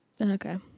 Okay